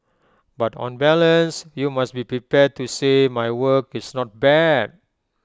but on balance you must be prepared to say my work is not bad